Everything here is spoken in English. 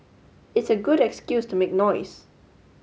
it's a good excuse to make noise